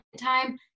time